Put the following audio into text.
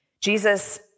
Jesus